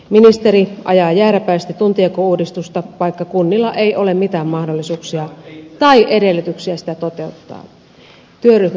ministeri ajaa jääräpäisesti tuntijakouudistusta vaikka kunnilla ei ole mitään mahdollisuuksia tai edellytyksiä sitä toteuttaa